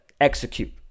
execute